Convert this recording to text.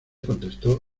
contestó